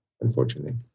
unfortunately